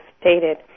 stated